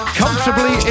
comfortably